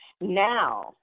Now